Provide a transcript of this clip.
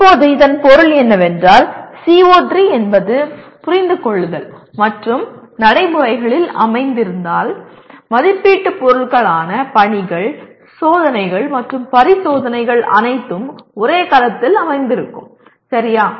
இப்போது இதன் பொருள் என்னவென்றால் CO3 என்பது புரிந்துகொள்ளுதல் மற்றும் நடைமுறைகளில் அமைந்திருந்தால் மதிப்பீட்டு பொருட்களான பணிகள் சோதனைகள் மற்றும் பரிசோதனைகள் அனைத்தும் ஒரே கலத்தில் அமைந்திருக்கும் சரியா